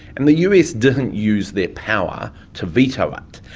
and the us didn't use their power to veto it.